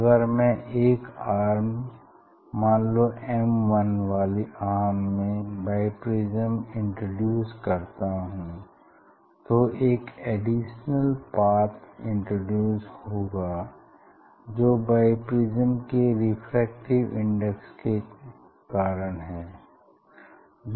अगर मैं एक आर्म मान लो M1 वाली आर्म में बाइप्रिज्म इंट्रोडयूज़ करता हूँ तो एक अडिशनल पाथ इंट्रोडयूज़ होगा जो बाइप्रिज्म के रेफ्रेक्टिव इंडेक्स के कारण है